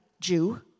Jew